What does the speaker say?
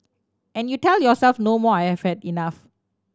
and you tell yourself no more I have had enough